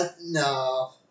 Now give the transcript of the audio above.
No